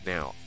Now